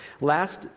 Last